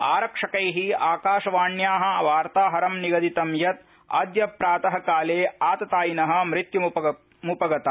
आरक्षकै आकाशवाण्या वार्ताहरं निगदितं यत् अद्य प्रात काले आततायिन मृत्युम् प्राप्ता